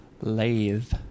Lathe